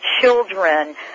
children